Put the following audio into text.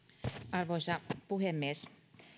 arvoisa puhemies